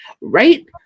right